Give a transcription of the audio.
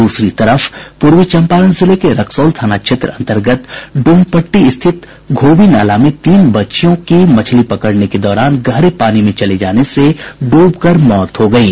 दूसरी तरफ पूर्वी चंपारण जिले के रक्सौल थाना क्षेत्र अंतर्गत डोमपट्टी स्थित घोबी नाला में तीन बच्चियों की मछली पकड़ने के दौरान गहरे पानी में चले जाने से ड्रब कर मौत हो गयी